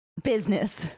Business